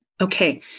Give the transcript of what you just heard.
Okay